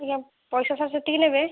ଆଜ୍ଞା ପଇସା ସାର୍ ସେତିକି ନେବେ